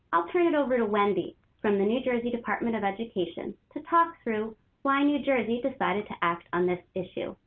i'll turn it over to wendy from the new jersey department of education to talk through why new jersey decided to act on this issue.